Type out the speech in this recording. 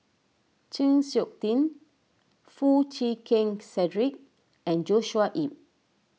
Chng Seok Tin Foo Chee Keng Cedric and Joshua Ip